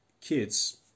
kids